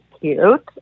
cute